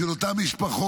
בשביל אותן משפחות,